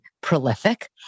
prolific